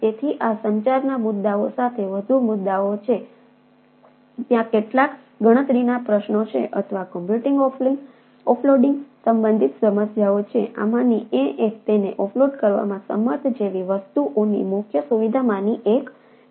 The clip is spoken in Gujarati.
તેથી આ સંચારના મુદ્દાઓ સાથે વધુ મુદ્દાઓ છે ત્યાં કેટલાક ગણતરીના પ્રશ્નો છે અથવા કમ્પ્યુટિંગ ઓફલોડિંગ સંબંધિત સમસ્યાઓ છે આમાંની એક એ તેને ઓફલોડ કરવામાં સમર્થ જેવી વસ્તુઓની મુખ્ય સુવિધામાંની એક છે